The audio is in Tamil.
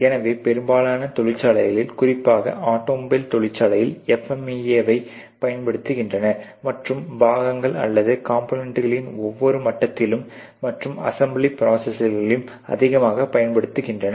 எனவே பெரும்பாலான தொழிற்சாலைகளில் குறிப்பாக ஆட்டோமொபைல் தொழிற்சாலையில் FMEA வை பயன்படுத்துகின்றனர் மற்றும் பாகங்கள் அல்லது காம்போனென்ட்களின் ஒவ்வொரு மட்டத்திலும் மற்றும் அசம்பிளி ப்ரோசஸிலும் அதிகமாக பயன்படுத்துகின்றனர்